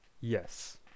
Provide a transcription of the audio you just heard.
Yes